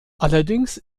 allerdings